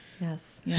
Yes